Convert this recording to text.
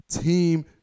team